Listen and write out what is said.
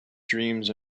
dreams